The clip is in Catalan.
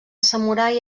samurai